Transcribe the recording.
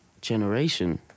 Generation